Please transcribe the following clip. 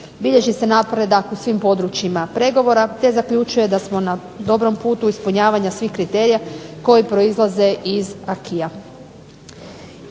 Bilježi se napredak u svim područjima pregovora te zaključuje da smo na dobrom putu ispunjavanja svih kriterija koji proizlaze iz